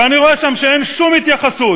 ואני רואה שם שאין שום התייחסות